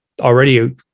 already